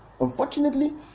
Unfortunately